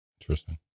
Interesting